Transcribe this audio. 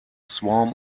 swarm